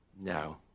No